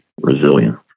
resilient